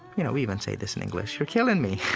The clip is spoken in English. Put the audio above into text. you know, we even say this in english you're killing me